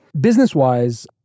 business-wise